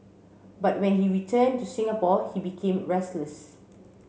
but when he returned to Singapore he became restless